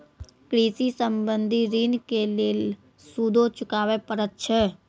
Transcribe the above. कृषि संबंधी ॠण के लेल सूदो चुकावे पड़त छै?